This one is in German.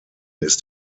ist